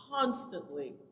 constantly